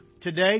today